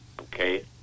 Okay